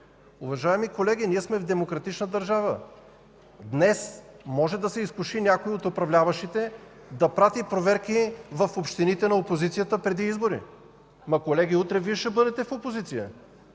Уважаеми колеги, ние сме в демократична държава. Днес може някой от управляващите да се изкуши да прати проверки в общините на опозицията преди избори. Но колеги, утре Вие ще бъдете в опозиция.